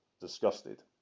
disgusted